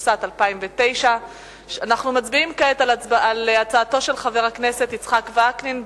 התשס"ט 2009. אנחנו מצביעים כעת על הצעתו של חבר הכנסת יצחק וקנין.